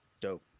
Dope